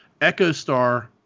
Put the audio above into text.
EchoStar